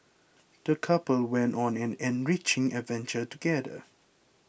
the couple went on an enriching adventure together